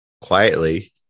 quietly